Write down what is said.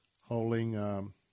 holding